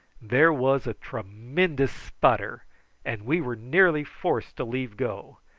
there was a tremendous sputter and we were nearly forced to leave go,